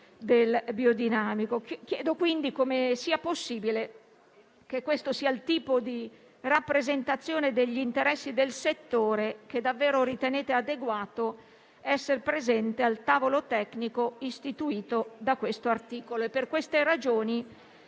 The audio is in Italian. del biologico. Chiedo quindi come sia possibile che questo sia il tipo di rappresentazione degli interessi del settore che davvero ritenete che debba esser presente al tavolo tecnico istituito da questo articolo. Per queste ragioni